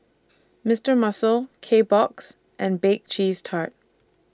Mister Muscle Kbox and Bake Cheese Tart